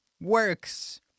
Works